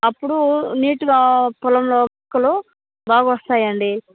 అప్పుడు నీట్గా పొలంలో మొక్కలు బాగా వస్తాయండి